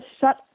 shut